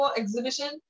exhibition